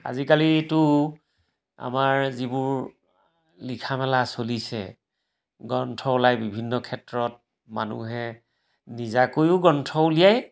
আজিকালিতো আমাৰ যিবোৰ লিখা মেলা চলিছে গ্ৰন্থ ওলায় বিভিন্ন ক্ষেত্ৰত মানুহে নিজাকৈও গ্ৰন্থ উলিয়ায়